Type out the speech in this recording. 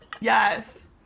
Yes